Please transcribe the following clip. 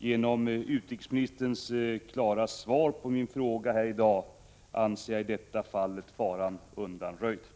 Genom utrikesministerns klara svar på min fråga här i dag anser jag i detta fall faran undanröjd.